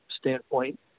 standpoint